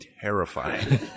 terrifying